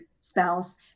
spouse